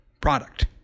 product